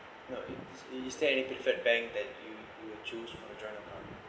no is is there any preferred bank that you will choose for the joint account